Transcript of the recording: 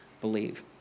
believe